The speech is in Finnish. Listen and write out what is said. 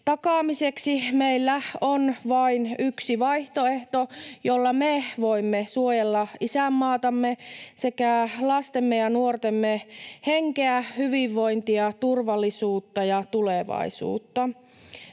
takaamiseksi meillä on vain yksi vaihtoehto, jolla me voimme suojella isänmaatamme sekä lastemme ja nuortemme henkeä, hyvinvointia, turvallisuutta ja tulevaisuutta: